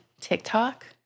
TikTok